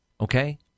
Okay